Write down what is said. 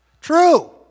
True